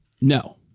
no